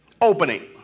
Opening